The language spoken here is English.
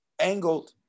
angled